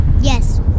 Yes